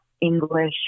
English